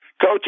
Coach